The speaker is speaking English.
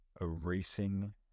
erasing